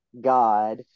god